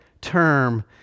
term